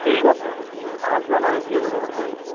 ঠিক আছে আসবেন আমি দিয়ে দেবো অসুবিধা হবে না